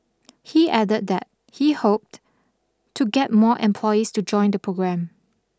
he added that he hoped to get more employees to join the programme